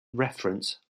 reference